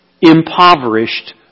impoverished